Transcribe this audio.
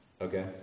Okay